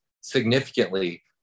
significantly